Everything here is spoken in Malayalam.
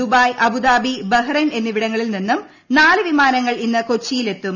ദുബായ് അബുദാബി ബഹ്റൈൻ എന്നിവിടങ്ങളിൽ നിന്നും നാല് വിമാനങ്ങൾ ഇന്ന് കൊച്ചിയിൽ എത്തും